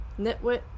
Nitwit